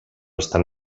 estan